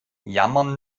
jammern